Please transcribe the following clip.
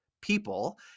people